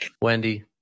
Wendy